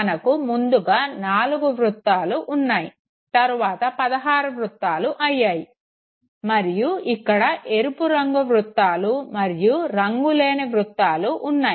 మనకు ముందుగా నాలుగు వృత్తాలు ఉంది తరువాత 16 వృత్తాలు అయ్యాయి మరియు ఇక్కడ ఎరుపు రంగు వృత్తాలు మరియు రంగులేని వృత్తాలు ఉన్నాయి